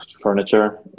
furniture